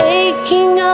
aching